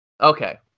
Okay